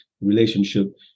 relationship